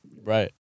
Right